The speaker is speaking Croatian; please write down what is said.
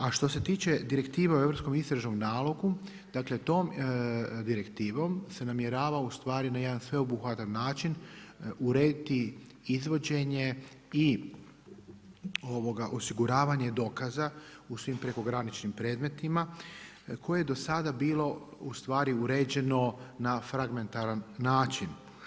A što se tiče Direktive o Europskom istražnom nalogu, dakle tom direktivom se namjerava ustvari na jedan sveobuhvatan način urediti izvođenje i osiguravanje dokaza u svim prekograničnim predmetima koje je do sada bilo ustvari uređeno na fragmentaran način.